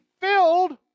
filled